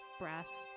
brass